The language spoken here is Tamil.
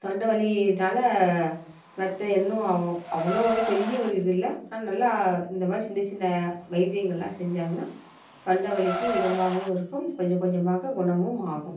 தொண்டை வலினால் மற்ற ஒன்னும் அவ்வளோ ஒரு பெரிய ஒரு இது இல்லை ஆனால் நல்லா இந்த மாதிரி சின்ன சின்ன வைத்தியங்களெலாம் செஞ்சாங்ன்னால் தொண்டை வலிக்கு இதமாகவும் இருக்கும் கொஞ்சம் கொஞ்சமாக குணமும் ஆகும்